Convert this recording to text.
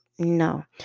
No